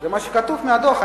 זה מה שכתוב בדוח.